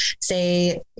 say